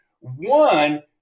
One